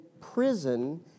prison